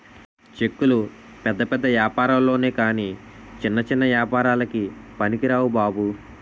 చెక్కులు పెద్ద పెద్ద ఏపారాల్లొనె కాని చిన్న చిన్న ఏపారాలకి పనికిరావు బాబు